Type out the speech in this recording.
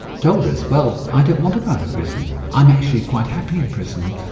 told us, well, i don't want to go out of prison, i'm actually quite happy in prison.